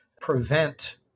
prevent